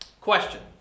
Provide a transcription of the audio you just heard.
Question